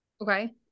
okay